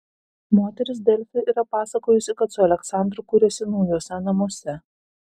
moteris delfi yra pasakojusi kad su aleksandru kuriasi naujuose namuose